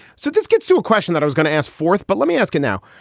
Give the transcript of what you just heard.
so this gets to a question that i was going to ask forth. but let me ask you now,